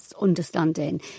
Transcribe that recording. understanding